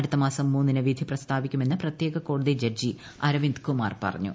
അടുത്തമാസം മൂന്നിന് വിധി പ്രസ്താവിക്കുമെന്ന് പ്രത്യേക കോടതി ജഡ്ജി അരവിന്ദ് കുമാർ പറഞ്ഞു